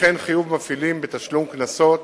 וכן חיוב מפעילים בתשלום קנסות